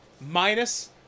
minus